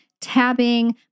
tabbing